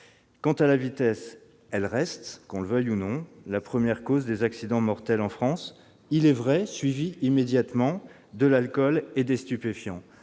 Quant à la vitesse, elle reste, qu'on le veuille ou non, la première cause d'accident mortel en France, suivie immédiatement- il est vrai -de l'alcool et des stupéfiants.